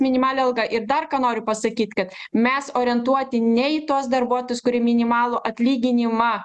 minimalia alga ir dar ką noriu pasakyt kad mes orientuoti ne į tuos darbuotojus kurie minimalų atlyginimą